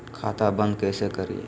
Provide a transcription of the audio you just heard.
खाता बंद कैसे करिए?